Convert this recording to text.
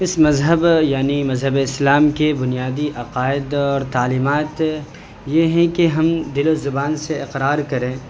اس مذہب یعنی مذہبِ اسلام کے بنیادی عقائد اور تعلیمات یہ ہیں کہ ہم دل و زبان سے اقرار کریں